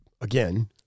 again